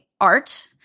art